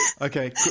Okay